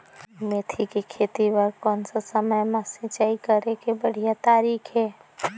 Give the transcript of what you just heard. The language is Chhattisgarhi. मेथी के खेती बार कोन सा समय मां सिंचाई करे के बढ़िया तारीक हे?